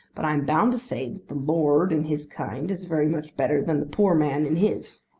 but i am bound to say that the lord in his kind is very much better than the poor man in his.